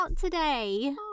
today